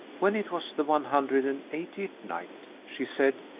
when it was the one hundred and eighty-second night, she said,